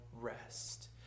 rest